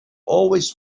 always